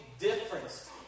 difference